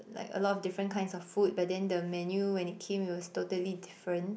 like a lot of different kinds of food but then the menu when it came it was totally different